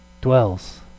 dwells